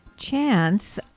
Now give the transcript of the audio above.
Chance